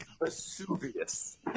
Vesuvius